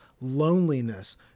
loneliness